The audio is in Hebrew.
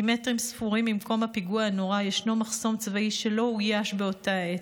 כי מטרים ספורים ממקום הפיגוע הנורא יש מחסום צבאי שלא אויש באותה עת.